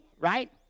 right